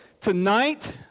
tonight